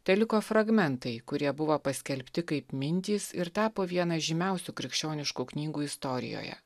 teliko fragmentai kurie buvo paskelbti kaip mintys ir tapo viena žymiausių krikščioniškų knygų istorijoje